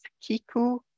Kiku